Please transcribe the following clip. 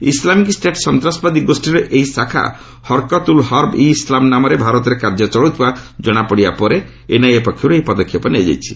Islamic State ସନ୍ତାସବାଦୀ ଗୋଷୀର ଏହି ଶାଖା ହରକତ ଉଲ ହର୍ବ ଇ ଇସ୍ଲାମ ନାମରେ ଭାରତରେ କାର୍ଯ୍ୟ ଚଳାଉଥିବା କ୍କଶାପଡିବା ପରେ ଏନ୍ଆଇଏ ପକ୍ଷରୁ ଏହି ପଦକ୍ଷେପ ନିଆଯାଇଛି